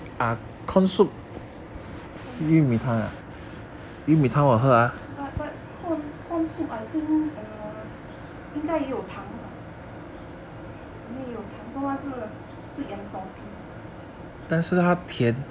corn soup but but corn soup I think err 应该也有糖里面有糖 sweet and salty